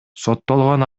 соттолгон